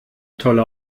tolle